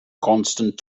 constant